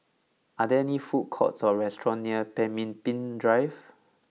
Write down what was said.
are there food courts or restaurants near Pemimpin Drive